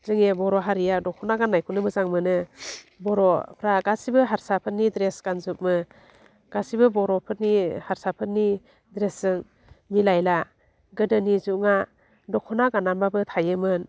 जोंनि बर' हारिया दख'ना गान्नायखौनो मोजां मोनो बर'फ्रा गासिबो हारसाफोरनि ड्रेस गानजोबो गासिबो बर'फोरनि हारसाफोरनि ड्रेसजों मिलायला गोदोनि जुगा दख'ना गान्नानैबाबो थायोमोन